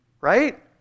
right